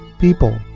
People